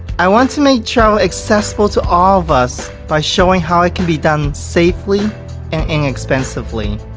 i want to make sure accessible to all of us by showing how it can be done safely and inexpensively